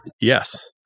Yes